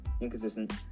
inconsistent